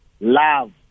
Love